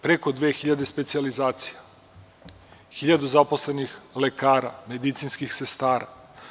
Preko 2000 specijalizacija, 1000 zaposlenih lekara, medicinskih sestara.